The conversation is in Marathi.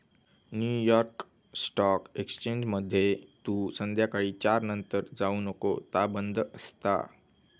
न्यू यॉर्क स्टॉक एक्सचेंजमध्ये तू संध्याकाळी चार नंतर जाऊ नको ता बंद असता